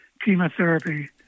chemotherapy